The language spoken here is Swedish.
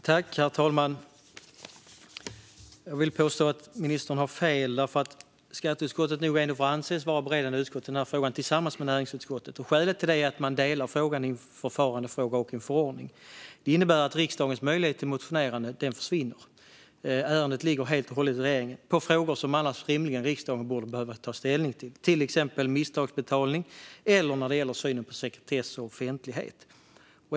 Herr talman! Jag vill påstå att ministern har fel. Skatteutskottet får nog ändå anses vara beredande utskott i frågan, tillsammans med näringsutskottet. Skälet är att man delar upp frågan i en förfarandefråga och en förordning. Det innebär att riksdagens möjlighet till motionerande försvinner. Ärendet ligger helt och hållet hos regeringen, när det gäller frågor som riksdagen annars rimligen borde behöva ta ställning till. Det gäller till exempel misstagsbetalning eller synen på sekretess och offentlighet.